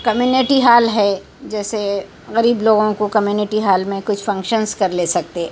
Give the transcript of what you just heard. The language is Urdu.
کمیونٹی ہال ہے جیسے غریب لوگوں کو کمیونٹی ہال میں کچھ فنکشنس کر لے سکتے